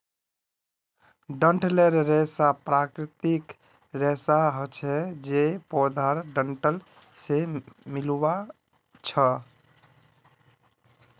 डंठलेर रेशा प्राकृतिक रेशा हछे जे पौधार डंठल से मिल्आ छअ